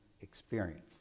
experience